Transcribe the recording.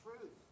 Truth